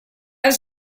was